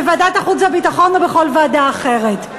בוועדת החוץ והביטחון או בכל ועדה אחרת.